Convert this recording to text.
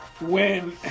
Win